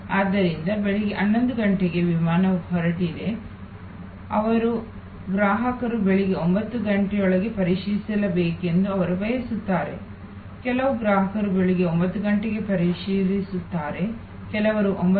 ಆದ್ದರಿಂದ ಬೆಳಿಗ್ಗೆ 11 ಗಂಟೆಗೆ ವಿಮಾನವು ಹೊರಟಿದೆ ಅವರು ಗ್ರಾಹಕರು ಬೆಳಿಗ್ಗೆ 9 ಗಂಟೆಯೊಳಗೆ ಪರಿಶೀಲಿಸಬೇಕೆಂದು ಅವರು ಬಯಸುತ್ತಾರೆ ಕೆಲವು ಗ್ರಾಹಕರು ಬೆಳಿಗ್ಗೆ 9 ಗಂಟೆಗೆ ಪರಿಶೀಲಿಸುತ್ತಾರೆ ಕೆಲವರು 9